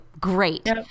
Great